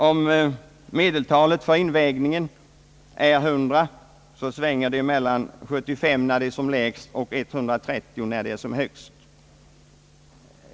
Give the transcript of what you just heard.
Om medeltalet för invägningen är 100, svänger det mellan 75 när det är som lägst och 130 när det är som högst.